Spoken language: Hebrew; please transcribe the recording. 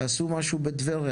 תעשו משהו בטבריה,